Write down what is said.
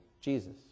Jesus